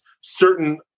certain